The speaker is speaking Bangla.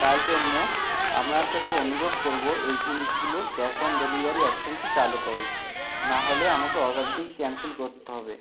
তাই জন্য আপনার কাছে অনুরোধ করবো এই জিনিসগুলোর ক্যাশ অন ডেলিভারি অপশানটি চালু করুন নাহলে আমাকে অর্ডারটি ক্যানসেল করতে হবে